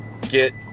get